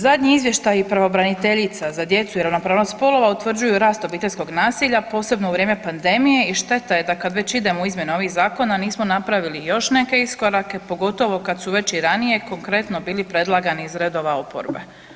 Zadnji izvještaj pravobraniteljica za djecu i ravnopravnost spolova utvrđuju rast obiteljskog nasilja, posebno u vrijeme pandemije i šteta je da kad već idemo u izmjene ovih zakona nismo napravili još neke iskorake, pogotovo kad su već i ranije konkretno bili predlagani iz redova iz oporbe.